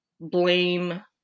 blame